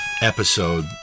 episode